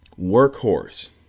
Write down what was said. workhorse